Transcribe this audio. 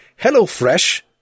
HelloFresh